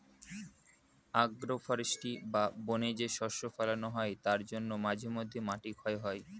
agro forestry বা বনে যে শস্য ফোলানো হয় তার জন্য মাঝে মধ্যে মাটি ক্ষয় হয়